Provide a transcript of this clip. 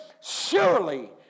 Surely